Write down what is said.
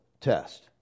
test